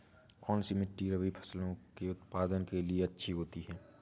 कौनसी मिट्टी रबी फसलों के उत्पादन के लिए अच्छी होती है?